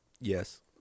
Yes